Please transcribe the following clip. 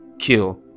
kill